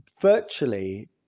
virtually